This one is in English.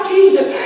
Jesus